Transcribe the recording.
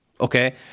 Okay